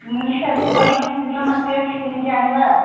ମୁଁ ସେୟା ବି ଭାବୁଛି ଯିବା ମାର୍କେଟ୍ କିଣିକି ଆଣିବା ଆଉ